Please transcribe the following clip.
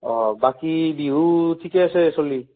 অঁ বাকী বিহু ঠিকে আছে চলি